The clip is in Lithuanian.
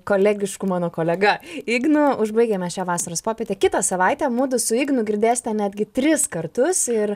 kolegišku mano kolega ignu užbaigėme šią vasaros popietę kitą savaitę mudu su ignu girdėsite netgi tris kartus ir